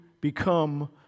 become